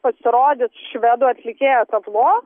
pasirodys švedų atlikėja tablo